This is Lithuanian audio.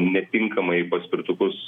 netinkamai paspirtukus